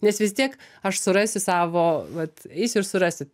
nes vis tiek aš surasiu savo vat eisiu ir surasiu